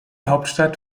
hauptstadt